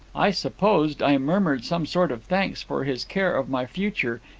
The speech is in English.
i supposed i murmured some sort of thanks for his care of my future,